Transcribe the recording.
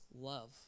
love